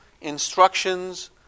Instructions